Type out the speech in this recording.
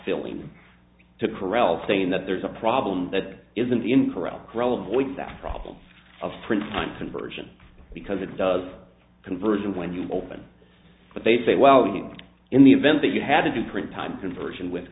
lling to corral saying that there's a problem that isn't incorrect grell avoid that problem of print conversion because it does conversion when you open but they say well you in the event that you had to do print time conversion with